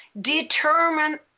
determine